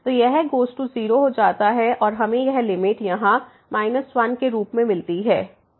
तो यह goes to 0 हो जाता है और हमें यह लिमिट यहाँ 1 के रूप में मिलती है